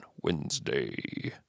Wednesday